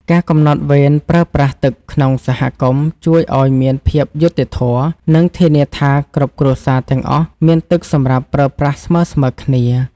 ការកំណត់វេនប្រើប្រាស់ទឹកក្នុងសហគមន៍ជួយឱ្យមានភាពយុត្តិធម៌ និងធានាថាគ្រប់គ្រួសារទាំងអស់មានទឹកសម្រាប់ប្រើប្រាស់ស្មើៗគ្នា។